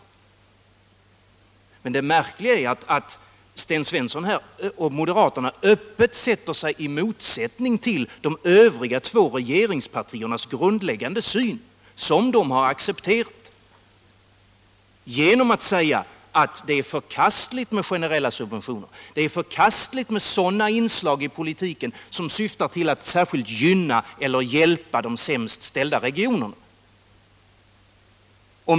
Det märkliga är att Sten Svensson och moderaterna här öppet sätter sig i motsatsställning till de två andra regeringspartiernas grundläggande syn — som moderaterna accepterat — genom att säga att det är förkastligt med generella subventioner och sådana inslag i politiken som syftar till att särskilt gynna eller hjälpa de sämst ställda regionerna.